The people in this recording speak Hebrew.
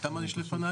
כמה יש לפניי?